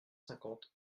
cinquante